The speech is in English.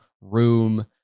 room